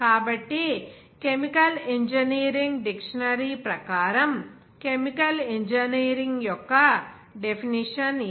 కాబట్టి chemical engineering dictionary ప్రకారం chemical engineering యొక్క డెఫినిషన్ ఇది